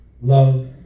Love